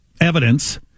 evidence